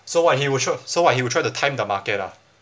so what he will show so what he will try to time the market ah